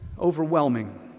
overwhelming